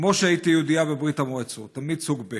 כמו שהייתי יהודייה בברית המועצות, תמיד סוג ב'.